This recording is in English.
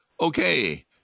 Okay